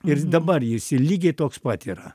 ir dabar jis lygiai toks pat yra